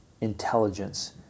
intelligence